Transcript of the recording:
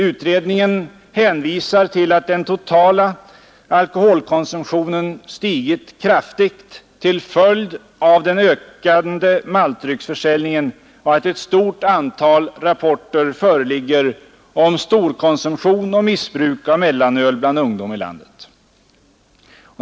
Utredningen hänvisar till att den totala alkoholkonsumtionen stigit kraftigt till följd av den ökande maltdrycksförsäljningen och att ett stort antal rapporter föreligger om storkonsumtion och missbruk av mellanöl bland ungdom i landet.